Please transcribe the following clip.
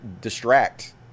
distract